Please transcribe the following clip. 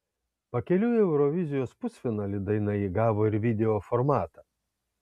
pakeliui į eurovizijos pusfinalį daina įgavo ir video formatą